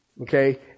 Okay